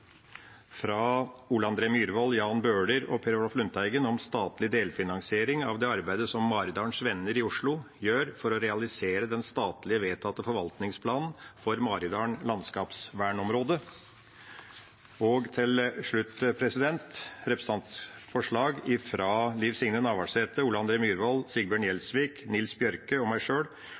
Ole André Myhrvold, Jan Bøhler og meg sjøl vil jeg legge fram et forslag om statlig delfinansiering av det arbeidet som Maridalens Venner i Oslo gjør for å realisere den statlig vedtatte forvaltningsplanen for Maridalen landskapsvernområde. Til slutt vil jeg legge fram et representantforslag fra Liv Signe Navarsete, Ole André Myhrvold, Sigbjørn Gjelsvik, Nils